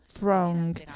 wrong